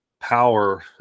power